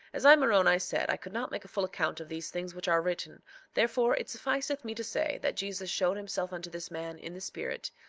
as i, moroni, said i could not make a full account of these things which are written therefore it sufficeth me to say that jesus showed himself unto this man in the spirit,